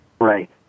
Right